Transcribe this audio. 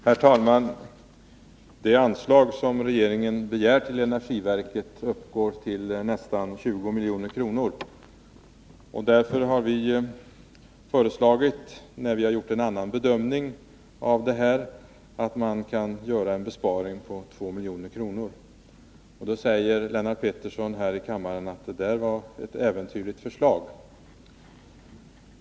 Herr talman! Det anslag som regeringen begär till energiverket uppgår till nästan 20 milj.kr. Vi har gjort en annan bedömning av detta, nämligen att man kan göra en besparing på 2 milj.kr. Lennart Pettersson säger här i kammaren att det var ett äventyrligt förslag.